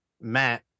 Matt